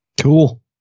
Cool